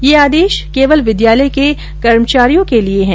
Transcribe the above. यह आदेश केवल विद्यालय के कर्मचारियों के लिए है